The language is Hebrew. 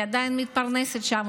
היא עדיין מתפרנסת שם,